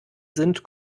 sind